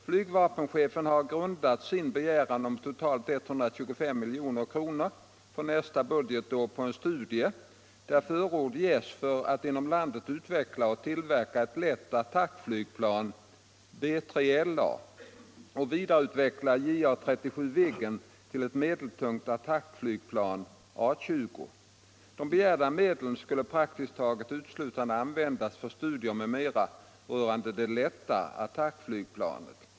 Flygvapenchefen har grundat sin begäran om totalt 127 milj.kr. för nästa budgetår på en studie, där förord ges för att inom landet utveckla och tillverka ett lätt attackflygplan och vidareutveckla JA 37 Viggen till ett medeltungt attackflygplan . De begärda medlen skulle praktiskt taget uteslutande användas för studier m.m. rörande det lätta attackflygplanet.